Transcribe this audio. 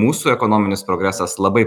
mūsų ekonominis progresas labai